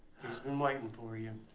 been waiting for you.